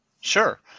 Sure